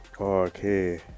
Okay